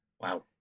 Wow